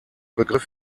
begriff